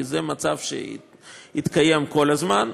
כי זה מצב שהתקיים כל הזמן.